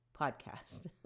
podcast